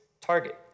target